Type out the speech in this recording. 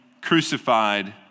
crucified